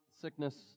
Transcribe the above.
sickness